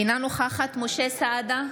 אינה נוכחת משה סעדה,